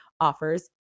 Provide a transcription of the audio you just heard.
offers